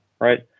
right